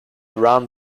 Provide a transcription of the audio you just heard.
round